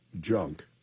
junk